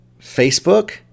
Facebook